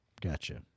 Gotcha